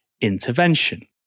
intervention